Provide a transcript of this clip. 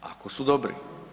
Ako su dobri.